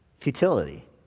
futility